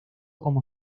como